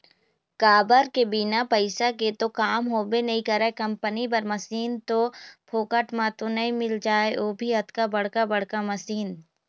काबर के बिना पइसा के तो काम होबे नइ करय कंपनी बर मसीन तो फोकट म तो नइ मिल जाय ओ भी अतका बड़का बड़का मशीन